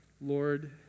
Lord